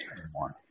anymore